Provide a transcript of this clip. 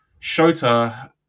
Shota